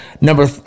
number